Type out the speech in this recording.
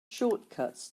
shortcuts